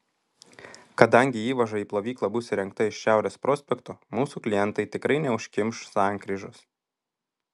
kadangi įvaža į plovyklą bus įrengta iš šiaurės prospekto mūsų klientai tikrai neužkimš sankryžos